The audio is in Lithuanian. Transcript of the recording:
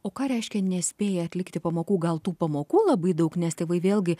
o ką reiškia nespėja atlikti pamokų gal tų pamokų labai daug nes tėvai vėlgi